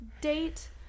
date